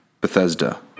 Bethesda